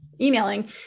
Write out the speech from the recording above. emailing